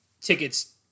tickets